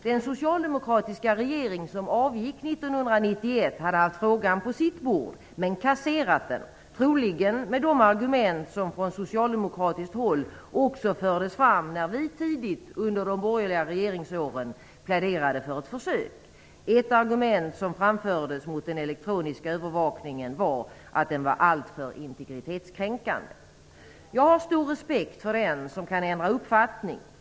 Den socialdemokratiska regering som avgick 1991 hade haft frågan på sitt bord, men kasserat den - troligen med samma argument som från socialdemokratiskt håll också fördes fram när vi tidigt under de borgerliga regeringsåren pläderade för ett försök. Ett argument som framfördes mot den elektroniska övervakningen var att den var alltför integritetskränkande. Jag har stor respekt för den som kan ändra uppfattning.